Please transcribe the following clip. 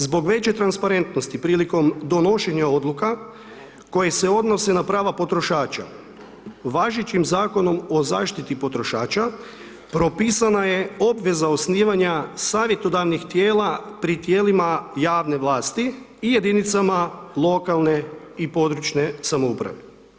Zbog veće transparentnosti prilikom donošenje odluka, koje se odnose na prava potrošača, važećim Zakonom o zaštiti potrošača, propisana je obveza osnivanja savjetodavnih tijela, pri tijelima javne vlasti i jedinicama lokalne i područne samouprave.